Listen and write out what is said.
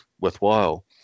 worthwhile